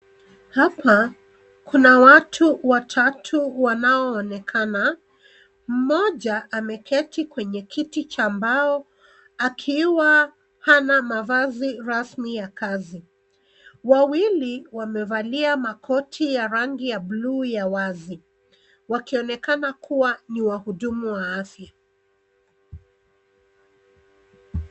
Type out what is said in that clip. Hapa kuna watu watatu wanaonekana, mmoja ameketi kwenye kiti cha mbao akiwa hana mavazi rasmi ya kazi, wawili wamevalia makoti ya rangi ya buluu ya wazi wakionekana kuwa ni wahudumu wa afya.